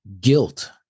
guilt